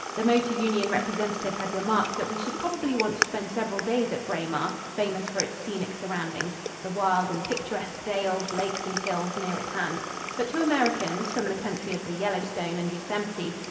the motor union representative had remarked that we should probably want to spend several days at braemar, famous for its scenic surroundings the wild and picturesque dales, lakes and hills near at hand but to americans, from the country of the yellowstone and yosemite,